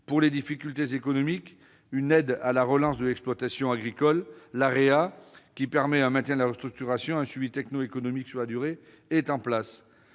Pour les difficultés économiques, une aide à la relance de l'exploitation agricole (AREA), qui permet un plan de restructuration et un suivi techno-économique sur la durée, est en place.